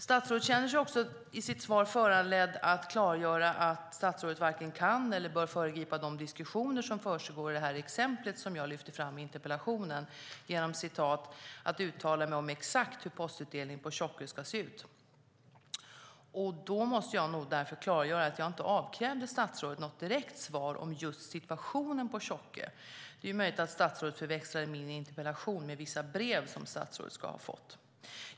Statsrådet känner sig också föranledd att klargöra att hon varken kan eller bör föregripa de diskussioner som försiggår när det gäller det exempel som jag tar upp i interpellationen genom att uttala sig om "exakt hur postutdelningen på Tjockö ska se ut". Jag måste nog klargöra att jag inte avkrävde statsrådet något direkt svar om just situationen på Tjockö. Det är möjligt att statsrådet förväxlade min interpellation med vissa brev som hon ska ha fått.